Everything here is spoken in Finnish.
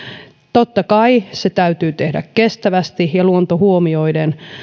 totta kai se täytyy tehdä kestävästi ja luonto huomioiden